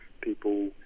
people